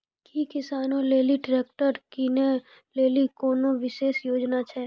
कि किसानो लेली ट्रैक्टर किनै लेली कोनो विशेष योजना छै?